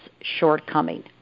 shortcoming